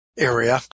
area